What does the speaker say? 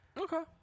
Okay